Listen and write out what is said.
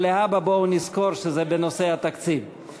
אבל להבא בואו נזכור שזה בנושא בתקציב.